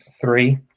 three